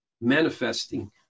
manifesting